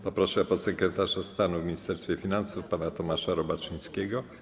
Poproszę podsekretarza stanu w Ministerstwie Finansów pana Tomasza Robaczyńskiego.